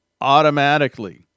automatically